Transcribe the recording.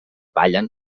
ballen